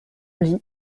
lit